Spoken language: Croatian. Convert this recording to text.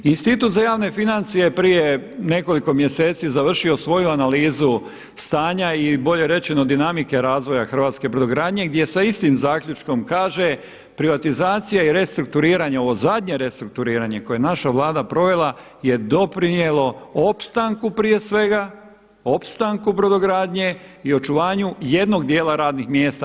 Institut za javne financije je prije nekoliko mjeseci završio svoju analizu stanja i bolje rečeno dinamike razvoja hrvatske brodogradnje gdje sa istim zaključkom kaže: „Privatizacija i restrukturiranje, ovo zadnje restrukturiranje koje je naša Vlada provela je doprinijelo opstanku prije svega, opstanku brodogradnje i očuvanju jednog dijela radnih mjesta“